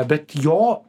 bet jo